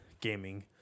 gaming